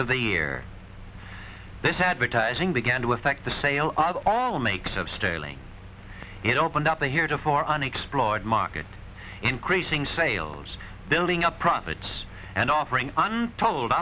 the year this advertising began to affect the sale of all makes of sterling it opened up the heretofore unexplored market increasing sales building up profits and offering on told